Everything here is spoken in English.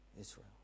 Israel